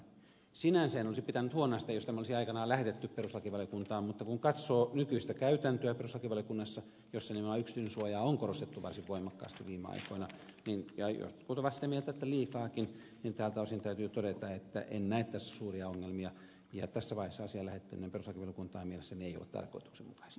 sinänsä en olisi pitänyt huonona sitä jos tämä olisi aikanaan lähetetty perustuslakivaliokuntaan mutta kun katsoo nykyistä käytäntöä perustuslakivaliokunnassa jossa yksityisyyden suojaa on korostettu varsin voimakkaasti viime aikoina jotkut ovat sitä mieltä että liikaakin niin tältä osin täytyy todeta että en näe tässä suuria ongelmia ja tässä vaiheessa asian lähettäminen perustuslakivaliokuntaan mielestäni ei ole tarkoituksenmukaista